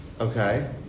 Okay